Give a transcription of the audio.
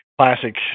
classic